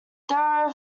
there